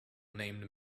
named